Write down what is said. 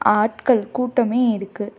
ஆட்கள் கூட்டமே இருக்குது